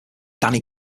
danny